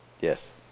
Yes